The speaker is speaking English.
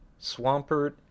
Swampert